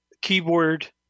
keyboard